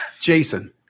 Jason